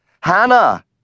Hannah